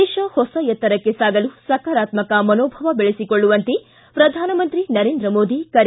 ದೇಶ ಹೊಸ ಎತ್ತರಕ್ಕೆ ಸಾಗಲು ಸಕಾರಾತ್ಮಕ ಮನೋಭಾವ ಬೆಳೆಸಿಕೊಳ್ಳುವಂತೆ ಪ್ರಧಾನಮಂತ್ರಿ ನರೇಂದ್ರ ಮೋದಿ ಕರೆ